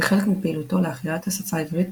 כחלק מפעילותו להחייאת השפה העברית,